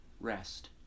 rest